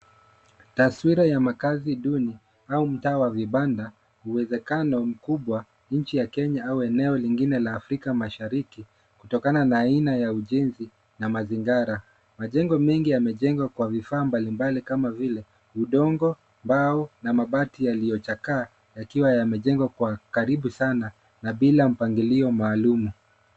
Taswira ya makazi duni au mtaa wa vibanda. Uwezekano mkubwa nchi ya Kenya au eneo lingine la Afrika Mashariki, kutokana na aina ya ujenzi na mazingira. Majengo mengi yamejengwa kwa vifaa mbali mbali kama vile: udongo, mbao na mabati yaliyochakaa, yakiwa yamejengwa kwa karibu sana na bila mpangilio maalum.